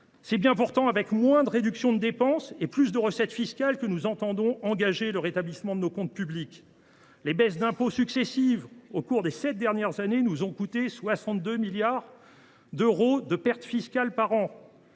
c’est bien avec moins de réductions des dépenses et plus de recettes fiscales que nous entendons engager le rétablissement de nos comptes publics. Les baisses d’impôts successives des sept dernières années nous ont coûté 62 milliards d’euros par an.